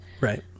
Right